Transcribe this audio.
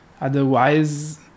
otherwise